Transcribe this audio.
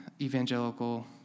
evangelical